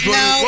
no